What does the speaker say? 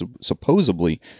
supposedly